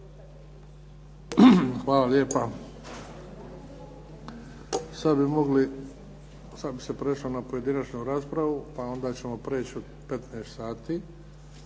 Hvala lijepa. Sad bi se prešlo na pojedinačnu raspravu pa ćemo prijeći u 15 sati.